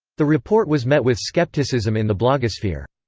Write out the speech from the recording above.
the report was met with skepticism in the blogosphere.